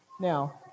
Now